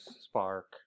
Spark